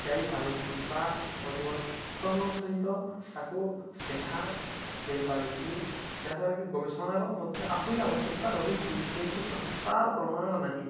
ଯାଇପାରୁଛି ବା ପରିବର୍ତ୍ତନ ସହିତ ତାକୁ ଦେଖା ଯାଇପାରୁଛି ଯାହାଦ୍ୱାରା କି ଗବେଷଣାର ମଧ୍ୟ ଆହୁରି ଆବଶ୍ୟକତା ରହିଛି କିନ୍ତୁ ସଠିକତାର ପ୍ରମାଣ ନାହିଁ